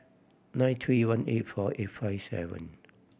nine three one eight four eight five seven